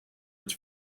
its